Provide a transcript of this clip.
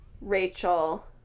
Rachel